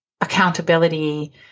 accountability